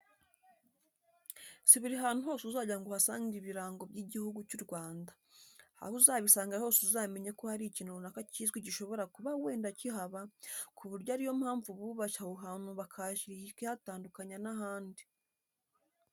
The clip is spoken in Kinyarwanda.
Si buri hantu hose uzajya ngo uhasange ibirango by'Igihugu cy'u Rwanda. Aho uzabisanga hose uzamenye ko hari ikintu runaka kizwi gishobora kuba wenda kihaba, ku buryo ari yo mpamvu bubashye aho hantu bakahashyira ikihatandukanya n'ahandi.